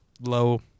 low